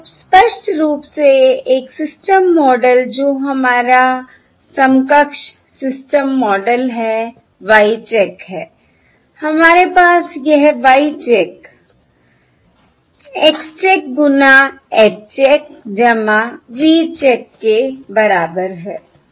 और अब स्पष्ट रूप से एक सिस्टम मॉडल जो हमारा समकक्ष सिस्टम मॉडल है Y चेक है हमारे पास यह Y चेक X चेक गुणा H चेक V चेक के बराबर है